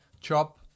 chop